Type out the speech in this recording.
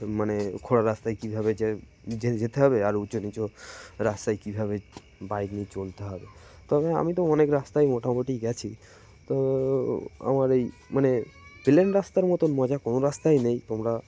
মানে খোরা রাস্তায় কীভাবে যে যেতে হবে আর উঁচু নিচু রাস্তায় কীভাবে বাইক নিয়ে চলতে হবে তবে আমি তো অনেক রাস্তায় মোটামুটি গিয়েছি তো আমার এই মানে প্লেন রাস্তার মতন মজা কোনো রাস্তায় নেই তোমরা